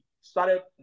started